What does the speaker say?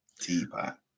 Teapot